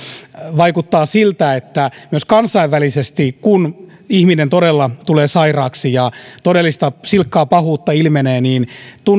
vaikuttaa siltä että myös kansainvälisesti kun ihminen todella tulee sairaaksi ja todellista silkkaa pahuutta ilmenee